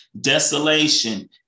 Desolation